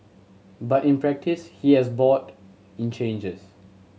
but in practice he has bought in changes